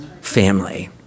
family